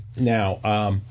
Now